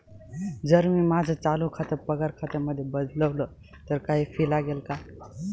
जर मी माझं चालू खातं पगार खात्यामध्ये बदलवल, तर काही फी लागेल का?